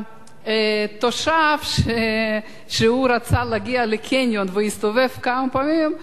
התושב שרצה להגיע לקניון והסתובב כמה פעמים,